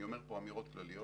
אני אומר פה אמירות כלליות.